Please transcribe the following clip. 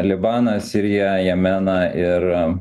libaną siriją jemeną ir